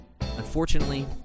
Unfortunately